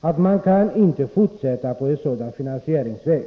Det är tvivel underkastat om man kan fortsätta på en sådan finansieringsväg.”